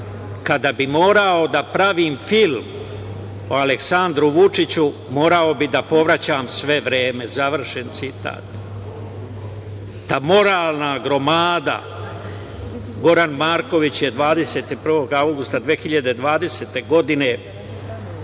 kada bi morao da pravim film o Aleksandru Vučiću, morao bih da povraćam sve vreme. Završen citat. Ta moralna gromada Goran Marković je 21. avgusta 2020. godine